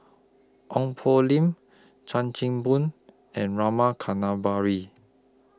Ong Poh Lim Chan Chim Boon and Rama Kannabiran